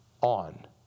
on